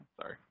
Sorry